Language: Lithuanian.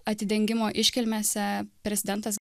atidengimo iškilmėse prezidentas